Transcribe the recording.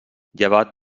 llevat